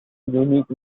unique